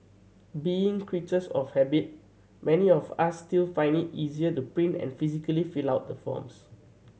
being creatures of habit many of us still find it easier to print and physically fill out the forms